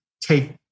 take